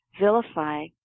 vilify